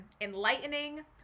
enlightening